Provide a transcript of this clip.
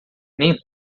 nem